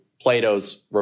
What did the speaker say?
Plato's